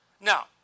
Now